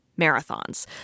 marathons